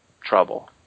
trouble